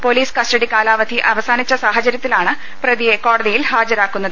police custody കാലാവധി അവസാനിച്ച സാഹചര്യത്തിലാണ് പ്രതിയെ കോടതിയിൽ ഹാജരാക്കുന്നത്